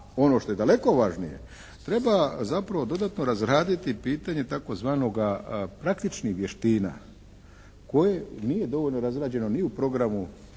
ono što je daleko važnije treba zapravo dodatno razraditi pitanje tzv. praktičnih vještina koje nije dovoljno razrađena ni u programu